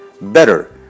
better